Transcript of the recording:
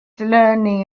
learning